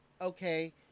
okay